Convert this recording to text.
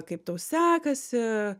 kaip tau sekasi